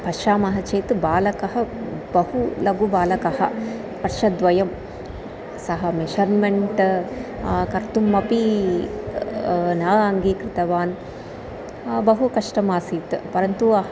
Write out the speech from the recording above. पश्यामः चेत् बालकः बहु लघुबालकः वर्षद्वयं सः मेशर्मेण्ट् कर्तुम् अपि न अङ्गीकृतवान् बहु कष्टमासीत् परन्तु अहम्